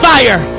Fire